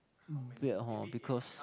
mm weird hor because